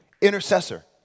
intercessor